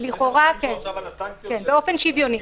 --- לכאורה כן, באופן שוויוני.